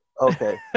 Okay